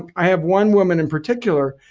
i have one woman in particular,